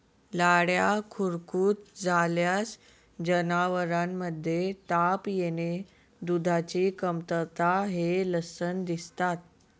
लाळ्या खुरकूत झाल्यास जनावरांमध्ये ताप येणे, दुधाची कमतरता हे लक्षण दिसतात